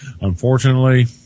Unfortunately